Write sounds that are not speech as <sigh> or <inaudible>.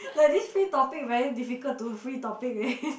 like this free topic very difficult to free topic eh <laughs>